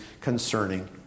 concerning